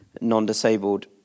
non-disabled